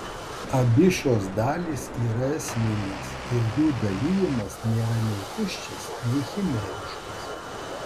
abi šios dalys yra esminės ir jų dalijimas nėra nei tuščias nei chimeriškas